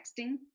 texting